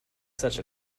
such